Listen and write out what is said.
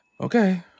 Okay